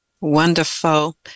Wonderful